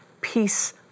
peace